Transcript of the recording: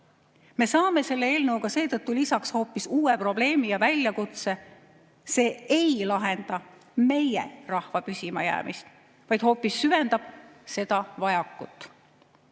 Me saame selle eelnõuga seetõttu lisaks hoopis uue probleemi ja väljakutse. See ei lahenda meie rahva püsimajäämist, vaid hoopis süvendab seda vajakut.